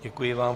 Děkuji vám.